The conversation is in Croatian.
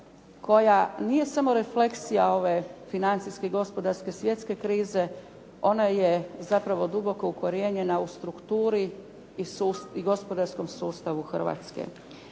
koja nije samo refleksija ove financijske gospodarske, svjetske krize, ona je zapravo duboko ukorijenjena u strukturi i gospodarskom sustavu Hrvatske.